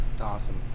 Awesome